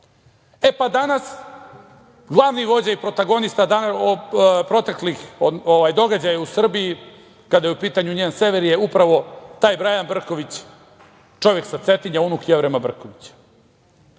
Danas je glavni vođa i protagonista proteklih događaja u Srbiji, kada je u pitanju njen sever, upravo taj Brajan Brković, čovek sa Cetinja, unuk Jevrema Brkovića. Taman